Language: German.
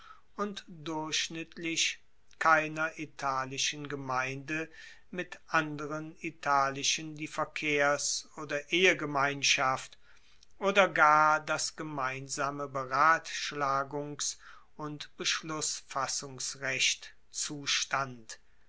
und durchschnittlich keiner italischen gemeinde mit anderen italischen die verkehrs oder ehegemeinschaft oder gar das gemeinsame beratschlagungs und beschlussfassungsrecht zustand